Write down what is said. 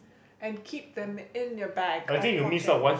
and keep them in your bag or pocket